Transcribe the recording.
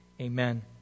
Amen